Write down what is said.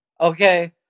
Okay